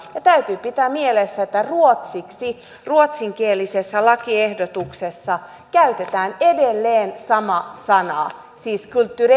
ja täytyy pitää mielessä että ruotsiksi ruotsinkielisessä lakiehdotuksessa käytetään edelleen samaa sanaa siis